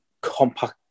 compact